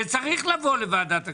זה צריך לבוא לוועדת הכספים.